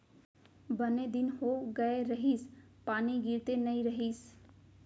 बने दिन हो गए रहिस, पानी गिरते नइ रहिस